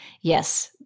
yes